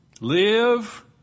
Live